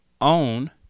own